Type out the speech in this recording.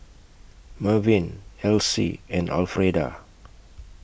Mervyn Alcie and Alfreda